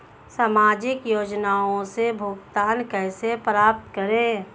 सामाजिक योजनाओं से भुगतान कैसे प्राप्त करें?